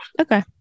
okay